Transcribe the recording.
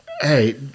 hey